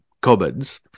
commons